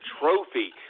trophy